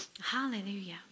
Hallelujah